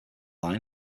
line